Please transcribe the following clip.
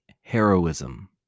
heroism